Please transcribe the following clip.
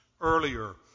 earlier